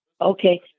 Okay